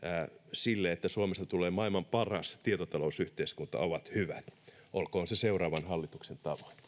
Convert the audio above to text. sille että suomesta tulee maailman paras tietotalousyhteiskunta ovat hyvät olkoon se seuraavan hallituksen